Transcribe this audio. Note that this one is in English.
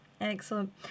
Excellent